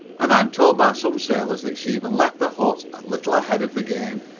and i am told by some sailors that she even left the hut a little ahead of the game.